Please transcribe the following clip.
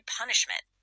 punishment